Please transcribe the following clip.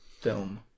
film